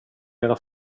era